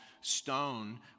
stone